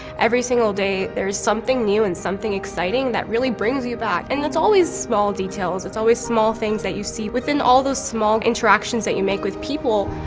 every single day there is something new and something exciting that really brings you back. and it's always small details. it's always small things that you see. within all those small interactions that you make with people,